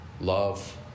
Love